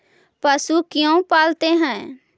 पशु क्यों पालते हैं?